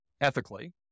ethically